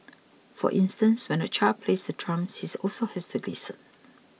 for instance when a child plays the drums he also has to listen